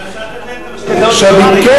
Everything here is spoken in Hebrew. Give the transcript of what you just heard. אולי אפשר לתת להם משכנתאות בדולרים.